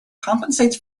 compensates